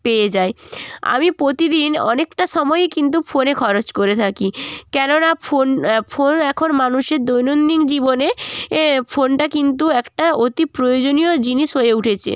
পেয়ে যাই আমি পোতিদিন অনেকটা সময়ই কিন্তু ফোনে খরচ করে থাকি কেননা ফোন ফোন এখন মানুষের দৈনন্দিন জীবনে এ ফোনটা কিন্তু একটা অতি প্রয়োজনীয় জিনিস হয়ে উঠেছে